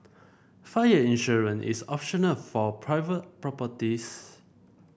fire insurance is optional for private properties